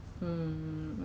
mm 对